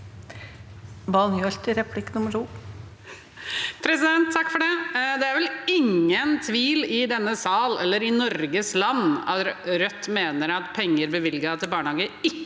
Det er vel ingen tvil i denne sal eller i Norges land om at Rødt mener at penger bevilget til barnehager